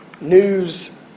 news